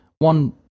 One